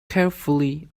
carefully